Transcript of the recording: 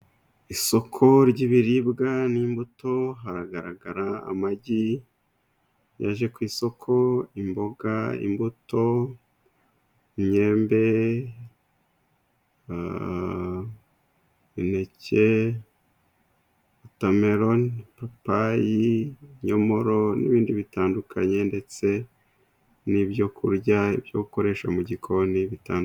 Isoko ry'ibiribwa n'imbuto hagaragara amagi yaje ku isoko imboga, imbuto: Imyembe, imineke, watamelon, ipapayi ibinyomoro n'ibindi bitandukanye. Ndetse n'ibyo kurya ibyo ukoresha mu gikoni bitandukanye.